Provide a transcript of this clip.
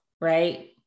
right